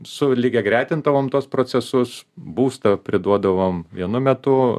sulygiagretintom tuos procesus būstą priduodavom vienu metu